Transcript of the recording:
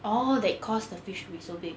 orh that caused the fish to be so big